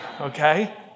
okay